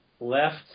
left